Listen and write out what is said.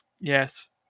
yes